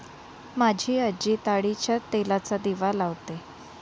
माझी आजी ताडीच्या तेलाचा दिवा लावते